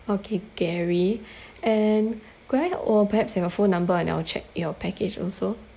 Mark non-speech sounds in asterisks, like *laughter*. okay gary *breath* and could I or perhaps have your phone number and I'll check your package also